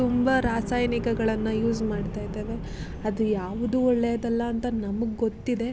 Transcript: ತುಂಬ ರಾಸಾಯನಿಕಗಳನ್ನ ಯೂಸ್ ಮಾಡ್ತ ಇದ್ದೇವೆ ಅದು ಯಾವುದೂ ಒಳ್ಳೆಯದಲ್ಲ ಅಂತ ನಮ್ಗೆ ಗೊತ್ತಿದೆ